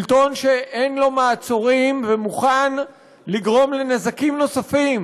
שלטון שאין לו מעצורים ומוכן לגרום לנזקים נוספים